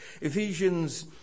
Ephesians